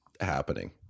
happening